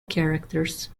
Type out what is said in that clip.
characters